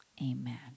Amen